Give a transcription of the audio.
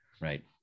right